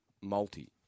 multi